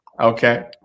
Okay